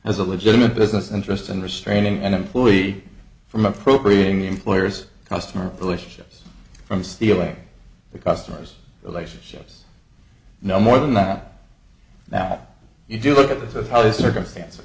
as a legitimate business interest and restraining an employee from appropriating the employer's customer relationships from stealing the customers relationships no more than that now you do look at this as how the circumstances